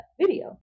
video